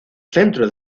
centro